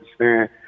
understand